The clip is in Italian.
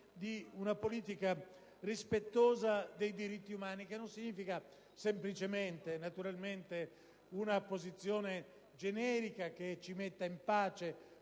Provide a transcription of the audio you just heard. di una politica rispettosa dei diritti umani. Il che non significa semplicemente e naturalmente una posizione generica che ci metta in pace